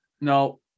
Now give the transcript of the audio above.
No